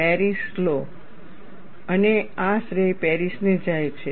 Paris law અને આ શ્રેય પેરિસને જાય છે